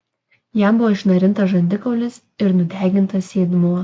jam buvo išnarintas žandikaulis ir nudegintas sėdmuo